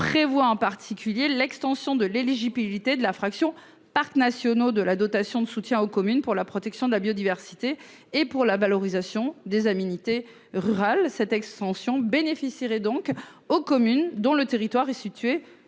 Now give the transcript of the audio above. prévoit en particulier l'extension de l'éligibilité de la infraction parcs nationaux de la dotation de soutien aux communes pour la protection de la biodiversité et pour la valorisation des aménité rural cette extension bénéficierait donc aux communes dont le territoire est situé